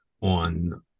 on